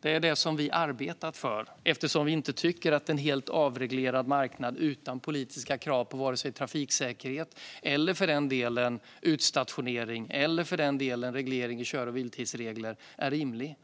Det här har vi arbetat för eftersom vi inte tycker att en helt avreglerad marknad utan politiska krav på vare sig trafiksäkerhet eller för den delen utstationering, eller för den delen reglering i kör och vilotidsregler, är rimlig.